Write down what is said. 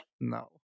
No